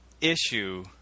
issue